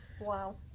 Wow